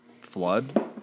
Flood